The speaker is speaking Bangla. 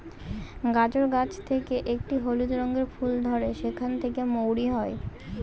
গাজর গাছ থেকে একটি হলুদ রঙের ফুল ধরে সেখান থেকে মৌরি হয়